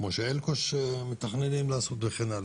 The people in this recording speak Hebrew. כמו שאלקוש מתכננים לעשות וכן הלאה.